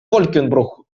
wolkenbruch